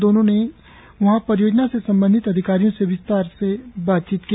दोनों ने वहां परियोजना से संबंधित अधिकारियों से विस्तार से बातचीत की